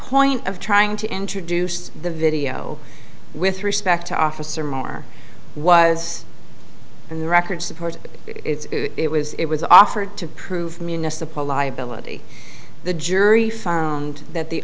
point of trying to introduce the video with respect to officer moore was in the record support it was it was offered to prove municipal liability the jury found that the